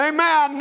Amen